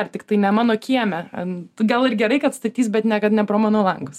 ar tiktai ne mano kieme n todėl ir gerai kad statys bet niekad ne pro mano langas